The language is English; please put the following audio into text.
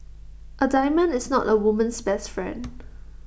A diamond is not A woman's best friend